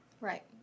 Right